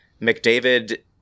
McDavid